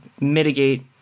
mitigate